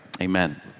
amen